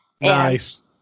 Nice